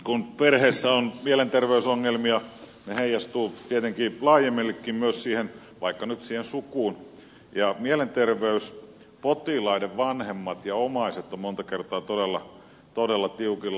kun perheessä on mielenterveysongelmia ne heijastuvat tietenkin laajemmallekin myös siihen vaikka nyt sukuun ja mielenterveyspotilaiden vanhemmat ja omaiset ovat monta kertaa todella tiukilla